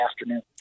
afternoon